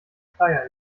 flyer